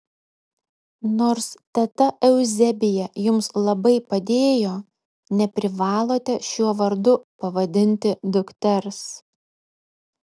nors teta euzebija jums labai padėjo neprivalote šiuo vardu pavadinti dukters